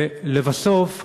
ולבסוף,